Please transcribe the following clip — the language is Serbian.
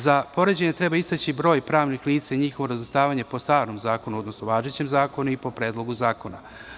Za poređenje treba istaći broj pravnih lica i njihovo razvrstavanje po starom zakonu, odnosno važećem zakonu i po predlogu zakona.